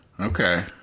Okay